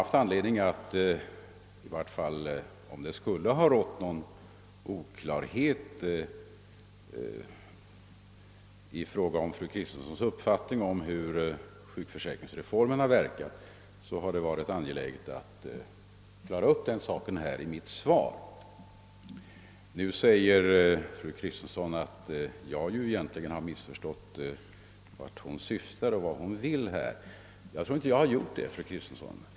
Om det är på det sättet att fru Kristenssons upp fattning om hur sjukförsäkringsreformen verkar har varit oklar vill jag framhålla att jag har varit angelägen att försöka klargöra denna verkan i mitt svar. Nu säger fru Kristensson att jag egentligen missförstått vart hon syftar och vad hon vill. Men jag tror inte att jag har gjort det, fru Kristensson.